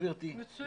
גברתי -- מצוין,